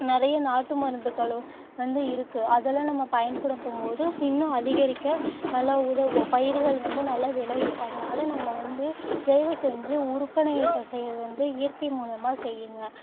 நிறைய நாட்டு மருந்துக்களும் வந்து இருக்கு அதெல்லாம் நம்ம பயன்படுத்தும்போது இன்னும் அதிகரிக்க நல்லா உதவும் பயிர்கள் வந்து நல்லா விளையும் அதனால நம்ம வந்து தயவு செஞ்சு விற்பனைய இப்போ செய்யறது வந்து இயற்கை மூலியுமாக செய்யுங்க